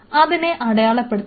അതിനെ അടയാളപ്പെടുത്തുന്നു